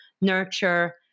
nurture